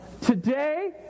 Today